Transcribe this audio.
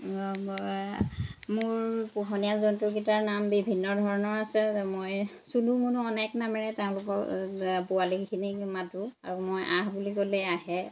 মোৰ পোহনীয়া জন্তুকেইটাৰ নাম বিভিন্ন ধৰণৰ আছে মই চুনু মুনু অনেক নামেৰে তেওঁলোকক পোৱালিখিনিক মাতোঁ আৰু মই আহ বুলি ক'লেই আহে